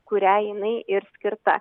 kuriai jinai ir skirta